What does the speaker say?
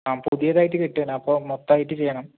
ആ പുതിയതായിട്ട് കെട്ടുകയാണ് അപ്പോൾ മൊത്തമായിട്ട് ചെയ്യണം